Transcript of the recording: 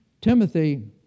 Timothy